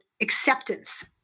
acceptance